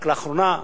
רק לאחרונה,